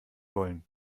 wollen